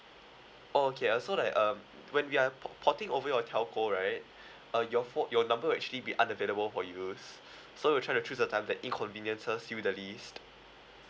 oh okay uh so like um when we are po~ porting over your telco right uh your pho~ your number will actually be unavailable for use so we try to choose the time that inconveniences you the least